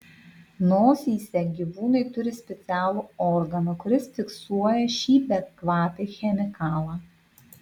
nosyse gyvūnai turi specialų organą kuris fiksuoja šį bekvapį chemikalą